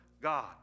God